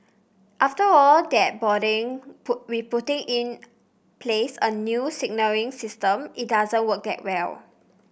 after all that boarding put with putting in place a new signalling system it doesn't work that well